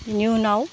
बेनि उनाव